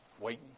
Waiting